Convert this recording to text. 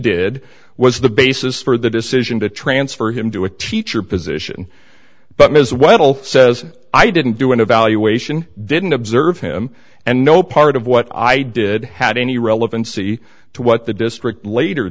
did was the basis for the decision to transfer him to a teacher position but ms weddle says i didn't do an evaluation didn't observe him and no part of what i did had any relevancy to what the district later